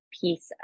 piece